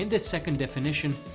and second definition,